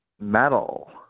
metal